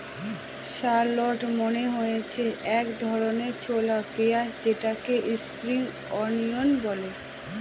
shallot মানে হচ্ছে এক ধরনের ছোলা পেঁয়াজ যেটাকে স্প্রিং অনিয়ন বলে